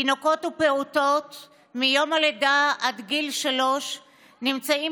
תינוקות ופעוטות מיום הלידה עד גיל שלוש נמצאים